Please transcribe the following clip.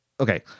okay